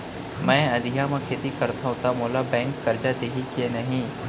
मैं अधिया म खेती करथंव त मोला बैंक करजा दिही के नही?